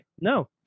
no